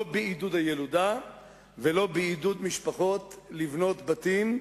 לא בעידוד הילודה ולא בעידוד משפחות לבנות בתים,